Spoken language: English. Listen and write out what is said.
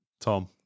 Tom